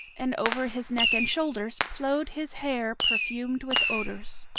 and over his neck and shoulders flowed his hair perfumed with odors.